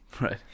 Right